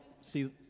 see